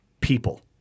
people